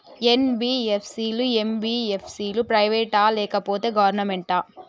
NBFC లు, MBFC లు private ఆ లేకపోతే గవర్నమెంటా?